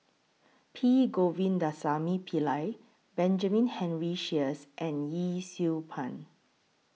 P Govindasamy Pillai Benjamin Henry Sheares and Yee Siew Pun